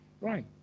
right